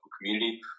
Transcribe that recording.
community